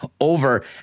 over